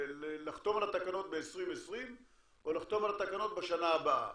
לחתום על התקנות ב-2020 או לחתום על התקנות בשנה הבאה.